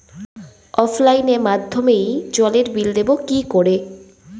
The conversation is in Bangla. অফলাইনে মাধ্যমেই জলের বিল দেবো কি করে?